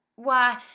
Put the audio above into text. why,